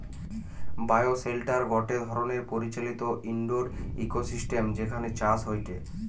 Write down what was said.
bioshelter গটে ধরণের পরিচালিত ইন্ডোর ইকোসিস্টেম যেখানে চাষ হয়টে